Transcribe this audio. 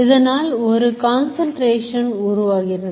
இதனால் ஒரு கன்சன்ட்ரேஷன் உருவாகிறது